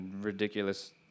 ridiculous